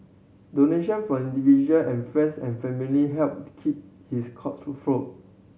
donation from individual and friends and family helped keep his cause afloat